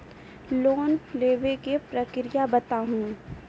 Loan लेवे के प्रक्रिया बताहू?